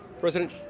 President